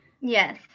Yes